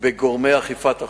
ובגורמי אכיפת החוק,